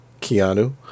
Keanu